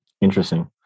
Interesting